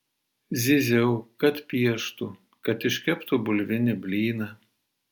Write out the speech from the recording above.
zyziau kad pieštų kad iškeptų bulvinį blyną